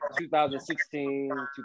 2016